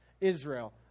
Israel